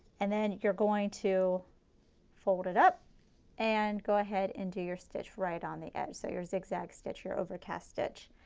and then you're going to fold it up and go ahead and do your stitch right on the edge, so your zigzag stitch, your overcast stitch.